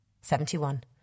Seventy-one